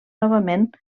novament